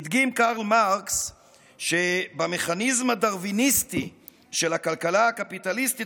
הדגים קרל מרקס שבמכניזם הדרוויניסטי של הכלכלה הקפיטליסטית,